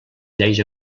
lleis